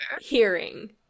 hearing